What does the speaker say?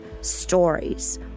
stories